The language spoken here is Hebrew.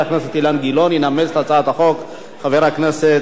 ינמק את הצעת החוק חבר הכנסת ניצן הורוביץ.